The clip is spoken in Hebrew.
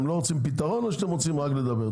אתם לא רוצים פתרון או שאתם רוצים רק לדבר?